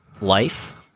life